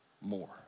more